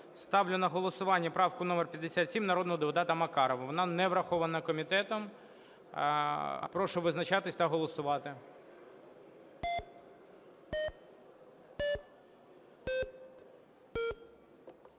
Ставлю на голосування правку номер 57 народного депутата Макарова. Вона не врахована комітетом. Прошу визначатися та голосувати.